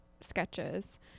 sketches